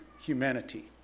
humanity